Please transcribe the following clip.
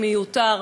מיותר.